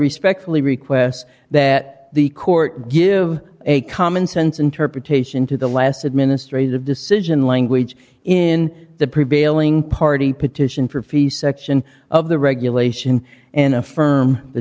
respectfully request that the court give a commonsense interpretation to the last administrative decision language in the prevailing party petition for fee section of the regulation and affirm the